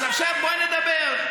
אז עכשיו בואי נדבר.